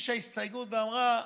שהגישה הסתייגות ואמרה: